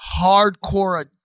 hardcore